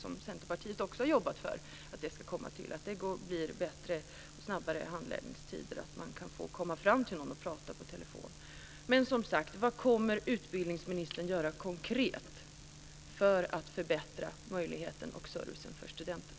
Också Centerpartiet har jobbat för att detta ska komma till, så att det blir bättre handläggningstider och går snabbare och så att man kan få komma fram på telefon och prata med någon. Som sagt: Vad kommer utbildningsministern konkret att göra för att förbättra möjligheterna och servicen för studenterna?